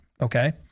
Okay